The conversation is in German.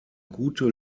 gute